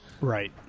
Right